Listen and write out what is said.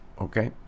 Okay